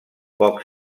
poc